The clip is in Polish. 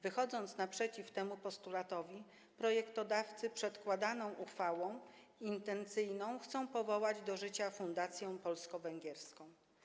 Wychodząc naprzeciw temu postulatowi, projektodawcy przedkładaną uchwałą intencyjną chcą powołać do życia fundację polsko-węgierską.